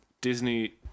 Disney